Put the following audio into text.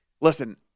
listen